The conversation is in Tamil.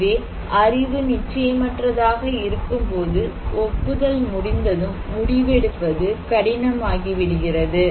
எனவே அறிவு நிச்சயமற்றதாக இருக்கும்போது ஒப்புதல் முடிந்ததும் முடிவெடுப்பது கடினம் ஆகிவிடுகிறது